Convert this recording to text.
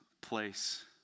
place